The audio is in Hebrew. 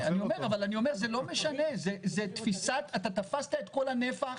אני אומר אתה תפסת את כל הנפח,